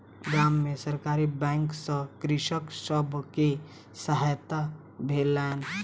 गाम में सरकारी बैंक सॅ कृषक सब के सहायता भेलैन